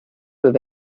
with